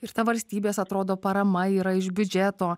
ir ta valstybės atrodo parama yra iš biudžeto